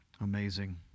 amazing